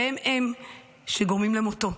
והם הם שגורמים למותו.